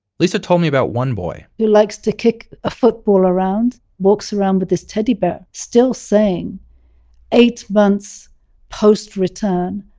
lisa told me about one boy who likes to kick a football around, walks around with his teddy bear, still saying eight months post-return,